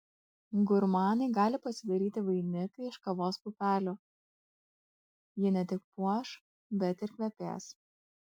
gurmanai gali pasidaryti vainiką iš kavos pupelių ji ne tik puoš bet ir kvepės